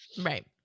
Right